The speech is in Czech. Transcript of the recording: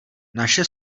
naše